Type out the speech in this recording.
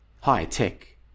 high-tech